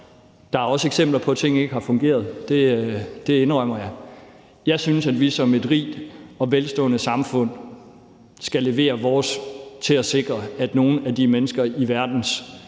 Der er også eksempler på, at der er ting, der ikke har fungeret. Det indrømmer jeg. Jeg synes, at vi som et rigt og velstående samfund skal levere vores til at sikre, at nogle af de mennesker i verdens